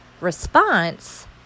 response